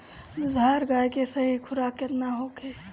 दुधारू गाय के सही खुराक केतना होखे?